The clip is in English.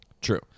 True